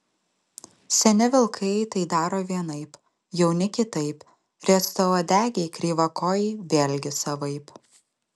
seni vilkai tai daro vienaip jauni kitaip riestauodegiai kreivakojai vėlgi savaip